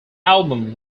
album